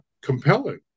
compelling